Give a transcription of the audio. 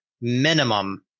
minimum